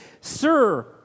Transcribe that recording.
sir